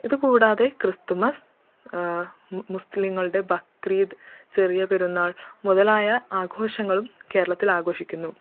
ഇതു കൂടാതെ ക്രിസ്മസ്സ് മുസ്ലിങ്ങളുടെ ബക്രീദ് ചെറിയ പെരുന്നാൾ മുതലായ ആഘോഷങ്ങളും കേരളത്തിൽ ആഘോഷിക്കുന്നു